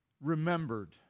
remembered